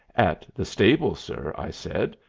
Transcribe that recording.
at the stable, sir, i said.